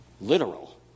literal